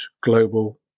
global